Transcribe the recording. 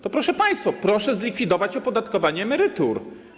To proszę państwa, proszę zlikwidować opodatkowanie emerytur.